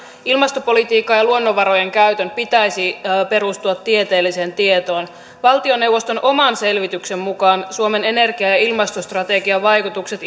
ilmastopolitiikan ja luonnonvarojen käytön pitäisi perustua tieteelliseen tietoon valtioneuvoston oman selvityksen mukaan suomen energia ja ja ilmastostrategian vaikutukset